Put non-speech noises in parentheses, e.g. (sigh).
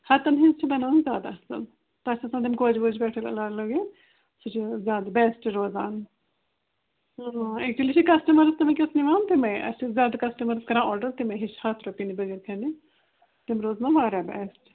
ہتن ہِنٛزۍ چھِ بناون زیادٕ اصٕل (unintelligible) گۄجہِ وۄجہِ پٮ۪ٹھٕ سُہ چھُ زیادٕ بٮ۪سٹ روزان اٮ۪کچُلی چھِ کسٹمٲرٕس تہِ وٕنکٮ۪س نِوان تِمَے اَسہِ چھُ زیادٕ کسٹمٲرٕس کَران آرڈر تِمَے ہِش ہتھ رۄپِنہِ بٲگِر خانہِ تِم روزنو وارِیاہ بٮ۪سٹ